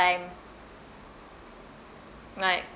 like